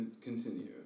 Continue